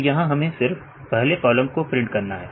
तो यहां हमें सिर्फ पहले कॉलम को प्रिंट करना है